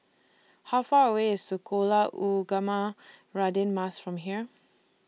How Far away IS Sekolah Ugama Radin Mas from here